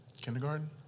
kindergarten